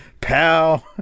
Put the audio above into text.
pal